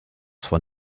von